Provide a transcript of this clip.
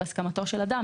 בהסכמתו של אדם,